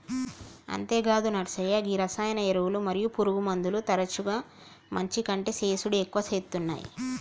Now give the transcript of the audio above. అంతేగాదు నర్సయ్య గీ రసాయన ఎరువులు మరియు పురుగుమందులు తరచుగా మంచి కంటే సేసుడి ఎక్కువ సేత్తునాయి